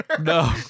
No